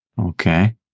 Okay